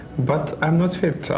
but i'm not fit.